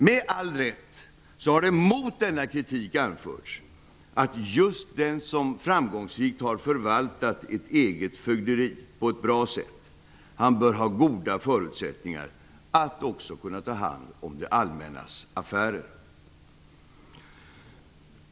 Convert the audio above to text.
Med all rätt har det mot denna kritik anförts att just den som framgångsrikt har förvaltat ett eget fögderi på ett bra sätt bör ha goda förutsättningar för att också kunna ta hand om det allmännas affärer.